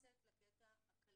אני לא נכנסת לקטע הכלכלי.